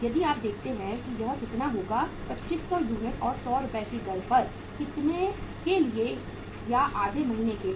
यदि आप देखते हैं कि यह कितना होगा 2500 यूनिट और 100 रुपये की दर पर कितने के लिए या आधे महीने के लिए